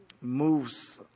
moves